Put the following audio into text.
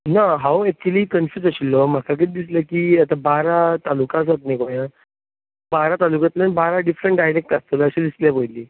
ना हांव actually confuse आशिल्लो म्हाका कितें दिसलें की आतां बारा तालुका आसात न्ही गोंयान बारा तालुक्यांतल्यान बारा डिफरंट डायलॅक्ट आसतलें अशें दिसलें पयली